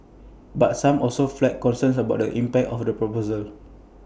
but some also flagged concerns about the impact of the proposals